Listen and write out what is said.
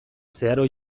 zeharo